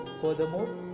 Furthermore